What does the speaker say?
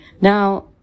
Now